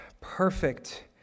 perfect